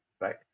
right